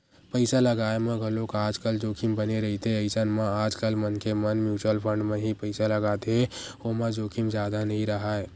पइसा लगाय म घलोक आजकल जोखिम बने रहिथे अइसन म आजकल मनखे मन म्युचुअल फंड म ही पइसा लगाथे ओमा जोखिम जादा नइ राहय